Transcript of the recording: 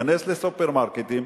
'כנס לסופרמרקטים.